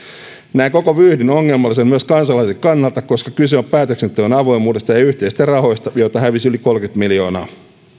näen koko vyyhdin ongelmallisena myös kansalaisen kannalta koska kyse on päätöksenteon avoimuudesta ja ja yhteisistä rahoista joita hävisi yli kolmekymmentä miljoonaa